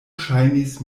ŝajnis